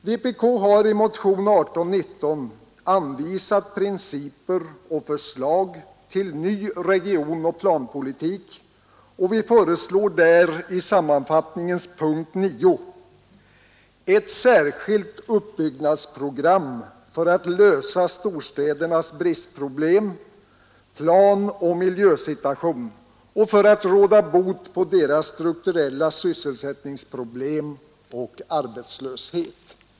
Vpk har i motionen 1819 anvisat principer och förslag till ny regionoch planpolitik och föreslår där i sammanfattningens punkt 9 ”ett särskilt uppbyggnadsprogram för att lösa storstädernas bristproblem, planoch miljösituation och för att råda bot på deras strukturella sysselsättningsproblem och arbetslöshet”.